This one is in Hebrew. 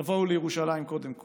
רוב העולים יבואו לירושלים קודם כול.